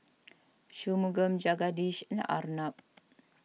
Shunmugam Jagadish and Arnab